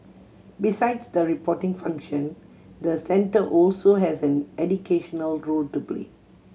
besides the reporting function the centre also has an educational role to play